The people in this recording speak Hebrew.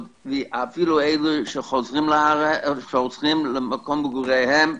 אפילו אלה שחוזרים למקום מגוריהם,